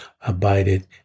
abided